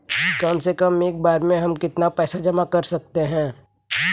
कम से कम एक बार में हम कितना पैसा जमा कर सकते हैं?